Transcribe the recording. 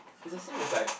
is the same as like